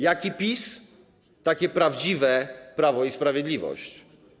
Jaki PiS, takie prawdziwe prawo i sprawiedliwość.